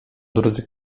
drudzy